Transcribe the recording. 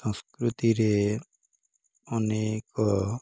ସଂସ୍କୃତିରେ ଅନେକ